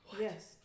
Yes